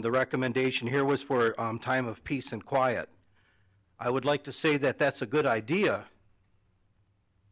the recommendation here was for a time of peace and quiet i would like to say that that's a good idea